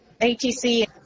ATC